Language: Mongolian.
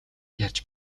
ярьж